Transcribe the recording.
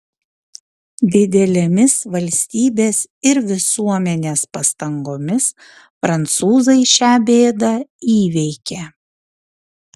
didelėmis valstybės ir visuomenės pastangomis prancūzai šią bėdą įveikė